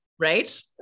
Right